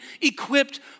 equipped